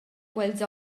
quels